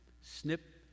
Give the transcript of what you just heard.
snip